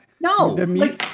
No